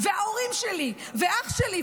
וההורים שלי ואח שלי.